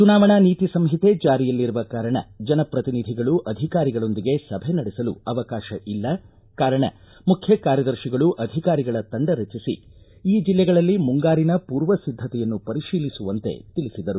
ಚುನಾವಣಾ ನೀತಿ ಸಂಹಿತೆ ಜಾರಿಯಲ್ಲಿರುವ ಕಾರಣ ಜನಪ್ರತಿಧಿಗಳು ಅಧಿಕಾರಿಗಳೊಂದಿಗೆ ಸಭೆ ನಡೆಸಲು ಅವಕಾಶ ಇಲ್ಲ ಕಾರಣ ಮುಖ್ಯ ಕಾರ್ಯದರ್ಶಿಗಳು ಅಧಿಕಾರಿಗಳ ತಂಡ ರಚಿಸಿ ಈ ಜಿಲ್ಲೆಗಳಲ್ಲಿ ಮುಂಗಾರಿನ ಪೂರ್ವಸಿದ್ದತೆಯನ್ನು ಪರಿಶೀಲಿಸುವಂತೆ ತಿಳಿಸಿದರು